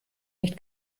nicht